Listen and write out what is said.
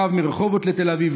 קו מרחובות לתל אביב,